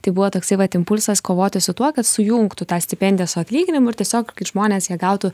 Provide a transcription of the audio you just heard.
tai buvo toksai vat impulsas kovoti su tuo kad sujungtų tą stipendiją su atlyginimu ir tiesiog žmonės ją gautų